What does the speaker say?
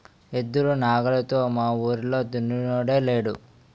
ఎద్దులు నాగలితో మావూరిలో దున్నినోడే లేడు